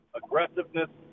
aggressiveness